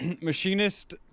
Machinist